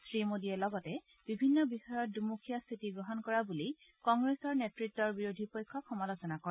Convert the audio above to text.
শ্ৰীমোদীয়ে লগতে বিভিন্ন বিষয়ত দুমুখীয়া স্থিতি গ্ৰহণ কৰা বুলি কংগ্ৰেছৰ নেত্ৰতৰ বিৰোধী পক্ষক সমালোচনা কৰে